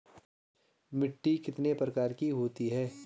मिट्टी कितने प्रकार की होती है?